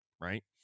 right